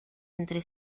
entre